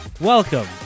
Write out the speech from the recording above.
welcome